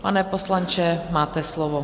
Pane poslanče, máte slovo.